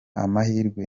amahirwe